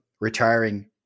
retiring